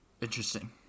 Interesting